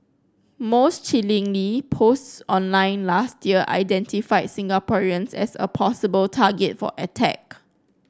most chillingly posts online last year identified Singaporeans as a possible target for attack